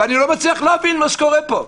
ואני לא מצליח להבין מה שקורה פה.